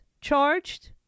charged